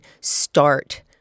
start